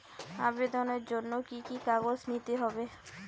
আবেদনের জন্য কি কি কাগজ নিতে হবে?